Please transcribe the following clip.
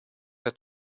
der